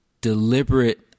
deliberate